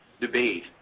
debate